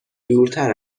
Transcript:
دورتر